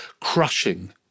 crushing